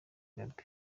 gabby